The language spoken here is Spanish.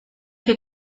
que